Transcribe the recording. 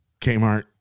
Kmart